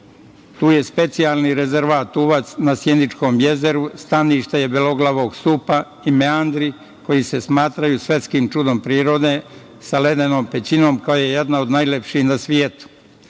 Tu je specijalni rezervat Uvac na Sjeničkom jezeru. Stanište je beloglavog supa i meandri koji se smatraju svetskim čudom prirode, sa ledenom pećinom koja je jedna od najlepših na svetu.